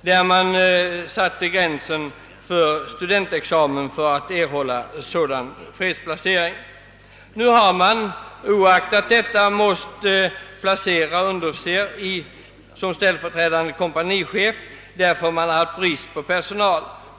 där gränsen sattes vid studentexamen för erhållande av sådan fredsplacering. Nu har man oaktat detta måst placera underofficerare som ställföreträdande kompanichef på grund av personalbrist.